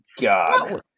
God